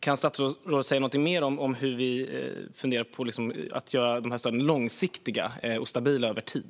Kan statsrådet säga något mer om hur vi funderar på att göra dem långsiktiga och stabila över tid?